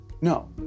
no